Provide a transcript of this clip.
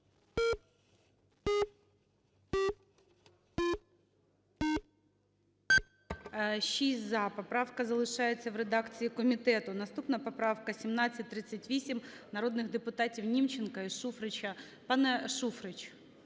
За-6 Поправка залишається в редакції комітету. Наступна поправка 1738 народних депутатів Німченка і Шуфрича. Пане Шуфрич,